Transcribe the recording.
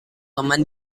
teman